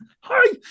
Hi